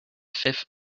fifth